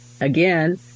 Again